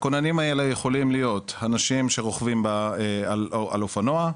הכוננים האלה יכולים להיות אנשים שרוכבים על אופנוע,